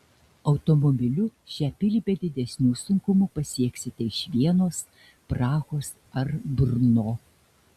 automobiliu šią pilį be didesnių sunkumų pasieksite iš vienos prahos ar brno